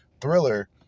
thriller